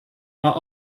are